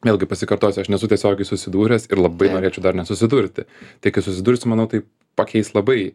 vėlgi pasikartosiu aš nesu tiesiogiai susidūręs ir labai norėčiau dar net susidurti tai kai susidursiu manau tai pakeis labai